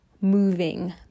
moving